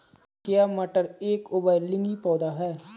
क्या मटर एक उभयलिंगी पौधा है?